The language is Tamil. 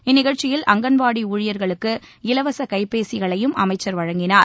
இந்நிகழ்ச்சியில் அங்கள்வாடி ஊழியர்களுக்கு இலவச கைபேசிகளையும் அமைச்சர் வழங்கினார்